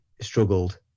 struggled